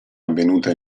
avvenuta